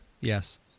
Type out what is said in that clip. yes